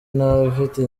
n’abafite